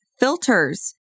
Filters